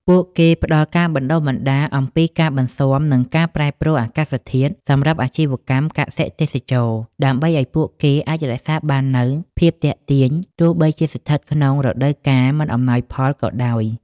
ពួកគេផ្ដល់ការបណ្ដុះបណ្ដាលអំពីការបន្ស៊ាំនឹងការប្រែប្រួលអាកាសធាតុ សម្រាប់អាជីវកម្មកសិ-ទេសចរណ៍ ដើម្បីឱ្យពួកគេអាចរក្សាបាននូវភាពទាក់ទាញទោះបីជាស្ថិតក្នុងរដូវកាលមិនអំណោយផលក៏ដោយ។